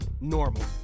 normal